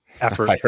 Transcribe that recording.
effort